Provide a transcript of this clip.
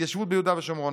התיישבות ביהודה ושומרון,